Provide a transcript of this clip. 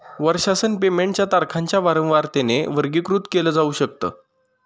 वर्षासन पेमेंट च्या तारखांच्या वारंवारतेने वर्गीकृत केल जाऊ शकत